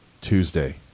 Tuesday